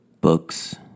Books